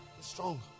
strong